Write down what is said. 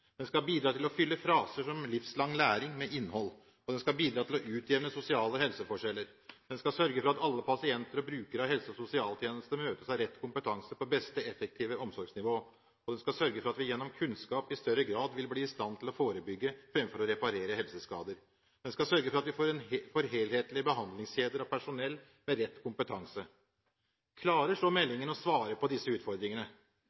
den skal bidra til å fylle fraser som «livslang læring» med innhold, og den skal bidra til å utjevne sosiale helseforskjeller. Den skal sørge for at alle pasienter og brukere av helse- og sosialtjenesten møtes av rett kompetanse på best effektive omsorgsnivå. Den skal sørge for at vi gjennom kunnskap i større grad vil bli i stand til å forebygge framfor å reparere helseskader. Den skal sørge for at vi får helhetlige behandlingskjeder av personell med rett kompetanse.